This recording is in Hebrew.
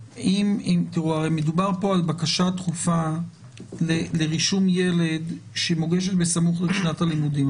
הרי מדובר פה על בקשה דחופה לרישום ילד שמוגשת בסמוך לשנת הלימודים.